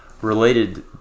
related